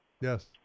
Yes